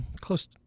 close